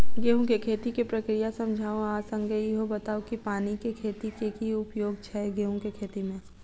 गेंहूँ केँ खेती केँ प्रक्रिया समझाउ आ संगे ईहो बताउ की पानि केँ की उपयोग छै गेंहूँ केँ खेती में?